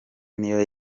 niyo